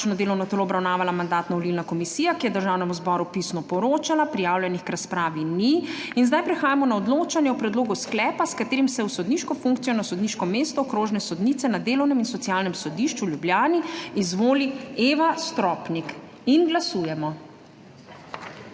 delovno telo obravnavala Mandatno-volilna komisija, ki je Državnemu zboru pisno poročala. Prijavljenih k razpravi ni. Prehajamo na odločanje o predlogu sklepa, s katerim se v sodniško funkcijo na sodniško mesto okrožne sodnice na Delovnem in socialnem sodišču v Ljubljani izvoli Eva Stropnik. Glasujemo.